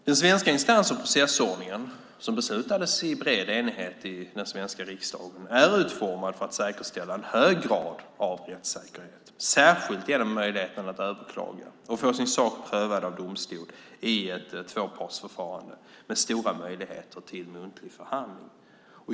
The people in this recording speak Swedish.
Den svenska instans och processordningen som det beslutades om i bred enighet i den svenska riksdagen är utformad för att säkerställa en hög grad av rättssäkerhet, särskilt genom möjligheten att överklaga och få sin sak prövad av domstol i ett tvåpartsförfarande med stora möjligheter till muntlig förhandling.